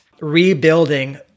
rebuilding